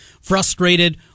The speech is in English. frustrated